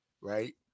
right